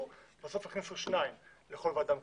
ובסוף הכניסו שני נציגי ציבור לכל ועדה מקומית,